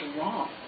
wrong